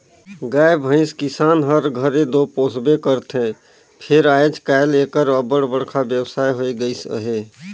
गाय भंइस किसान हर घरे दो पोसबे करथे फेर आएज काएल एकर अब्बड़ बड़खा बेवसाय होए गइस अहे